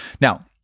Now